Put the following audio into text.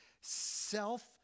self